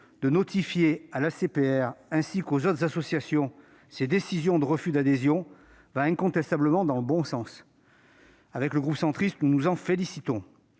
de notifier à l'ACPR ainsi qu'aux autres associations ses décisions de refus d'adhésion va incontestablement dans le bon sens. Nous nous en félicitons.